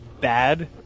bad